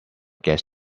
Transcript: guess